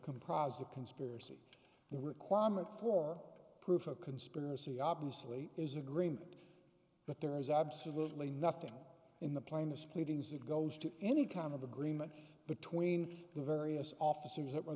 comprise a conspiracy the requirement for proof a conspiracy obviously is agreement but there is absolutely nothing in the plainest pleadings that goes to any kind of agreement between the various officers that were